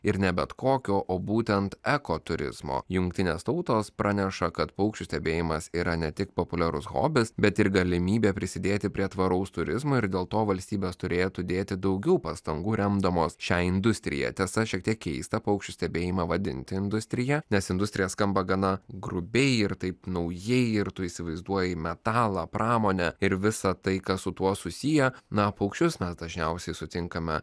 ir ne bet kokio o būtent eko turizmo jungtinės tautos praneša kad paukščių stebėjimas yra ne tik populiarus hobis bet ir galimybė prisidėti prie tvaraus turizmo ir dėl to valstybės turėtų dėti daugiau pastangų remdamos šią industriją tiesa šiek tiek keista paukščių stebėjimą vadinti industrija nes industrija skamba gana grubiai ir taip naujai ir tu įsivaizduoji metalą pramonę ir visą tai kas su tuo susiję na paukščius mes dažniausiai sutinkame